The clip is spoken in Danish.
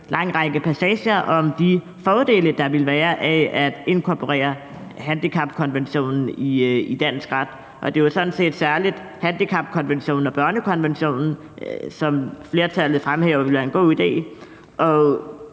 lange række af passager om de fordele, der ville være af at inkorporere handicapkonventionen i dansk ret. Det var sådan set særlig handicapkonventionen og børnekonventionen, som flertallet fremhæver det ville være en god idé